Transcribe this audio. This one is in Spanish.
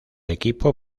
equipo